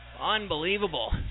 unbelievable